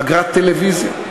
אגרת טלוויזיה.